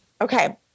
Okay